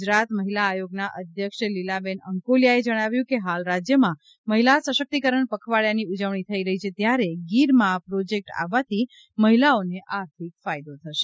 ગુજરાત મહિલા આયોગના અધ્યક્ષ લીલાબેન અંકોલીયાએ જણાવ્યું કે હાલ રાજ્યમાં મહિલા સશક્તિકરણ પખવાડિયાની ઉજવણી થઇ રહી છે ત્યારે ગીરમાં આ પ્રોજેક્ટ આવવાથી મહિલાઓની આર્થિક ફાયદો થશે